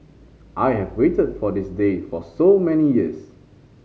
I have waited for this day for so many years